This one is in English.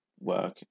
work